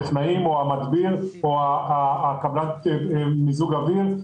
הטכנאי או המדביר או קבלן מיזוג אוויר.